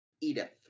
Edith